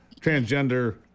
transgender